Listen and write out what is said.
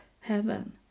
heaven